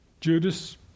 Judas